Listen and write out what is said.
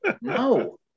No